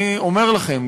אני אומר לכם,